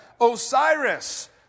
Osiris